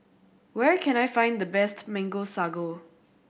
where can I find the best Mango Sago